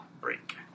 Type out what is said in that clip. break